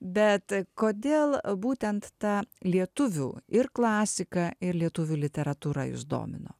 bet kodėl būtent ta lietuvių ir klasika ir lietuvių literatūra jus domino